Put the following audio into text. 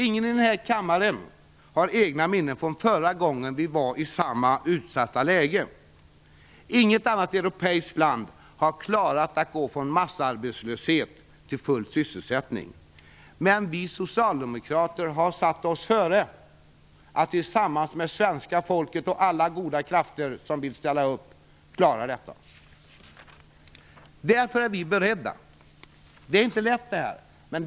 Ingen i den här kammaren har egna minnen från förra gången vi var i samma utsatta läge. Inget annat europeiskt land har klarat att gå från massarbetslöshet till full sysselsättning. Men vi socialdemokrater har satt oss före att tillsammans med svenska folket och alla goda krafter som vill ställa upp klara detta. Det är inte lätt det här.